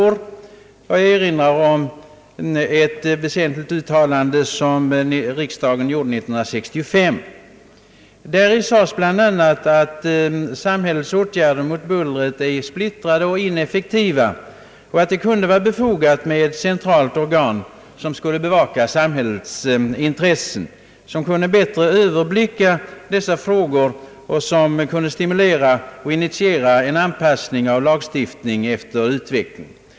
Jag vill erinra om ett väsentligt uttalande, som riksdagen gjorde 1965 och vari det bl.a. sades att samhällets åtgärder mot bullret är splittrade och ineffektiva och att det kunde vara befogat med ett centralt organ som skulle bevaka samhällets intressen, som kunde bättre överblicka dessa frågor och som kunde stimulera och initiera en anpassning av lagstiftningen efter utvecklingen.